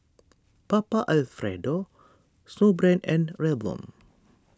Papa Alfredo Snowbrand and Revlon